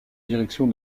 direction